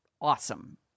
awesome